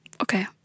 Okay